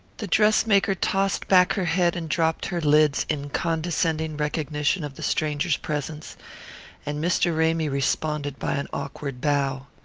the dress-maker tossed back her head and dropped her lids in condescending recognition of the stranger's presence and mr. ramy responded by an awkward bow.